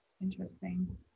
interesting